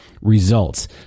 results